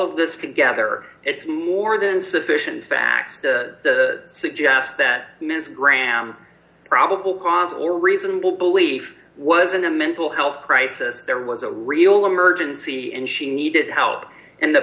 of this together it's more than sufficient facts to suggest that ms graham probable cause or reasonable belief wasn't a mental health crisis there was a real emergency and she needed help and the